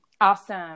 Awesome